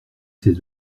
c’est